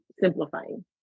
simplifying